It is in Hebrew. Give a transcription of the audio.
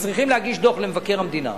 וצריכים להגיש דוח למבקר המדינה,